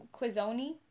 quizoni